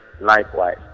likewise